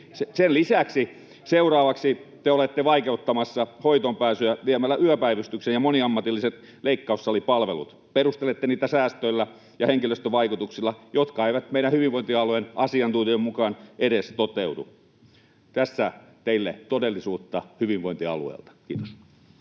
Sen lisäksi seuraavaksi te olette vaikeuttamassa hoitoonpääsyä viemällä yöpäivystyksen ja moniammatilliset leikkaussalipalvelut. Perustelette sitä säästöillä ja henkilöstövaikutuksilla, jotka eivät meidän hyvinvointialueen asiantuntijan mukaan edes toteudu. Tässä teille todellisuutta hyvinvointialueelta. — Kiitos.